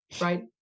Right